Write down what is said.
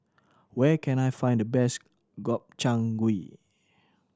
where can I find the best Gobchang Gui